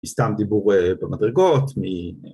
מסתם דיבור במדרגות מ...